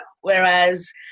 whereas